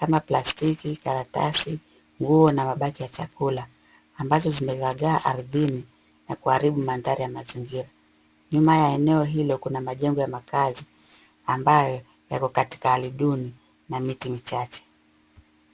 kama plastiki, karatasi, nguo na mabaki ya chakula ambazo zimezagaa ardhini na kuharibu mandhari ya mazingira. Nyuma ya eneo hilo kuna majengo ya makaazi ambayo yako katika hali duni na miti michache.